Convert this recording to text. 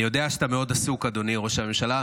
אני יודע שאתה מאוד עסוק, אדוני ראש הממשלה.